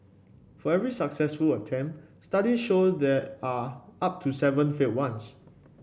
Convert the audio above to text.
for every successful attempt studies show there are up to seven failed ones